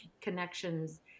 connections